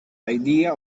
idea